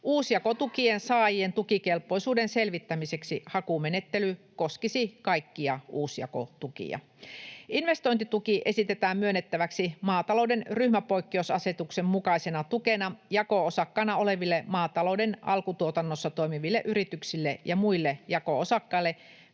Uusjakotukien saajien tukikelpoisuuden selvittämiseksi hakumenettely koskisi kaikkia uusjakotukia. Investointituki esitetään myönnettäväksi maatalouden ryhmäpoikkeusasetuksen mukaisena tukena jako-osakkaana oleville, maatalouden alkutuotannossa toimiville yrityksille ja muille jako-osakkaille